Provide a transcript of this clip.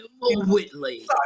Whitley